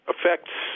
affects